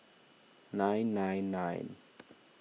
nine nine nine